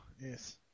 yes